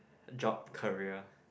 job career